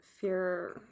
fear